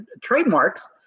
trademarks